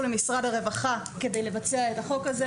למשרד הרווחה כדי לבצע את החוק הזה.